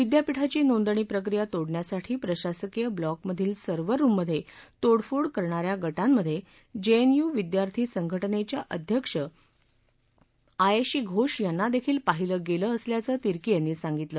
विद्यापीठाची नोंदणी प्रक्रिया तोडण्यासाठी प्रशासकीय ब्लॉकमधील सर्व्हर रूममध्ये तोडफोड करणाऱ्या गामध्ये जेजेयू विद्यार्थी संघ जेच्या अध्यक्षा आयेशी घोष यांना देखील पाहिलं गेलं असल्याचं तिर्की यांनी सांगितलं